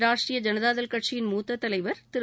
ராஷ்டிரிய ஜனதாதள் கட்சி மூத்த தலைவர் திரு